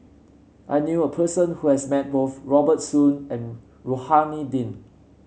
I knew a person who has met both Robert Soon and Rohani Din